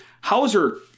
hauser